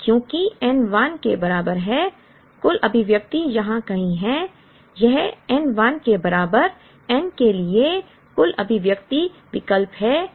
क्योंकि n 1 के बराबर है कुल अभिव्यक्ति यहाँ कहीं है यह n 1 के बराबर n के लिए कुल अभिव्यक्ति विकल्प है